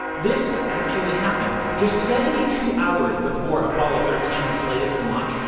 this actually happened. just seventy-two hours before apollo thirteen was slated to launch,